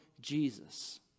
Jesus